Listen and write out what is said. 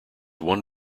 one